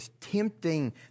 tempting